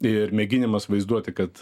ir mėginimas vaizduoti kad